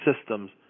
systems